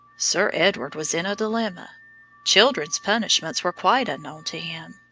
sir edward was in a dilemma children's punishments were quite unknown to him.